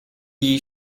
jej